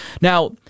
Now